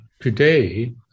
Today